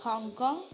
Hong Kong